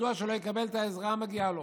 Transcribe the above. מדוע שלא יקבל את העזרה המגיעה לו?